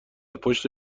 پشت